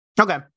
Okay